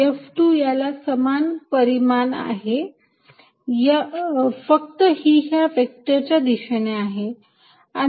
F2 याला समान परिमाण आहे फक्त ही ह्या व्हेक्टर च्या दिशेने आहे